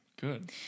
good